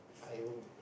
I